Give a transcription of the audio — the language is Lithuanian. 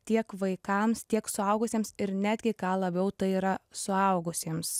tiek vaikams tiek suaugusiems ir netgi ką labiau tai yra suaugusiems